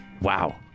Wow